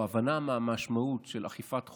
או הבנה מה המשמעות של אכיפת חוק,